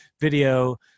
video